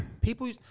people